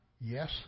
Yes